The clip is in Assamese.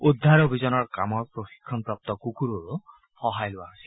উদ্ধাৰ অভিযানৰ কামত প্ৰশিক্ষণপ্ৰাপ্ত কুকুৰৰো সহায় লোৱা হৈছে